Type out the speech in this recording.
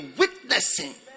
witnessing